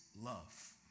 love